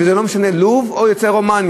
וזה לא משנה יוצא לוב או יוצא רומניה,